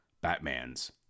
Batman's